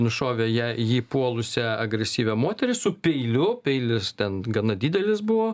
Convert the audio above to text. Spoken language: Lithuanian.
nušovė ją jį puolusią agresyvią moterį su peiliu peilis ten gana didelis buvo